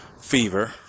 fever